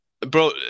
Bro